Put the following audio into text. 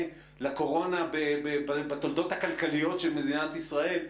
לקורונה בתולדות הכלכליות של מדינת ישראל,